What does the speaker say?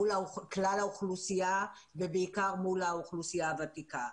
מול כלל האוכלוסייה ובעיקר מול האוכלוסייה הוותיקה.